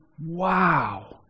wow